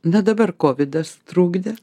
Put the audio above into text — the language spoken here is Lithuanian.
na dabar kovidas trukdė